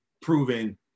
proven